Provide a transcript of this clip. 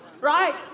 Right